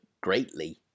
greatly